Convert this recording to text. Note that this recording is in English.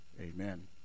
amen